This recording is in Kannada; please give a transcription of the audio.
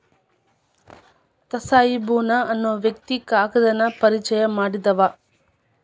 ತ್ಸಾಯಿ ಬುನಾ ಅನ್ನು ವ್ಯಕ್ತಿ ಕಾಗದಾನ ಪರಿಚಯಾ ಮಾಡಿದಾವ